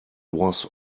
was